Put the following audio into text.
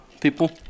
people